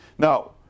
Now